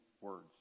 words